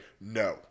no